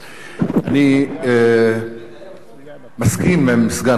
אני מסכים עם סגן השר,